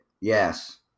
yes